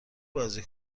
بازی